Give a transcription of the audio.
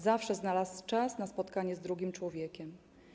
Zawsze znalazł czas na spotkanie z drugim człowiekiem.